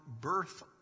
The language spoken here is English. birth